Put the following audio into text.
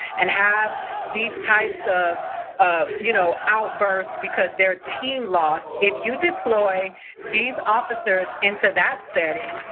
and have these types of of you know outbursts because their team lost. if you deploy these officers into that setting,